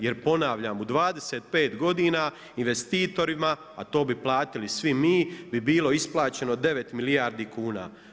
Jer ponavljam, u 25 godina investitorima, a to bi platili svi mi bi bilo isplaćeno 9 milijardi kuna.